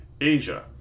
Asia